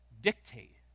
dictate